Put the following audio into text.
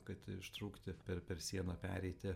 kad ištrūkti per per sieną pereiti